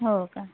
हो का